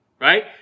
right